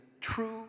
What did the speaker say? true